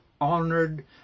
honored